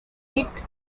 eat